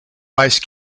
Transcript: vice